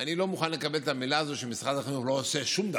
אני לא מוכן לקבל את המילים האלה "משרד החינוך לא עושה שום דבר"